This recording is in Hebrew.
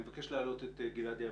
אני מבקש להעלות את גלעד יעבץ.